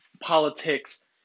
politics